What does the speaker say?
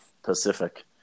Pacific